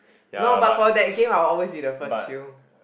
no but for that game I always be the first feel